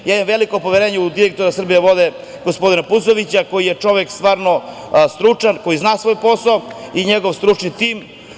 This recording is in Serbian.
Imam veliko poverenje u direktora „Srbijavode“, gospodina Puzovića koji je čovek stvarno stručan, koji zna svoj posao i njegov stručni tim.